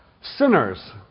sinners